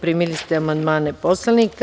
Primili ste amandmane poslanika.